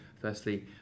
Firstly